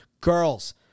girls